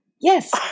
Yes